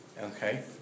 Okay